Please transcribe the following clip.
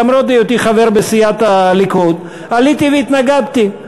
למרות היותי חבר בסיעת הליכוד עליתי והתנגדתי.